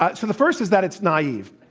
but so, the first is that it's naive.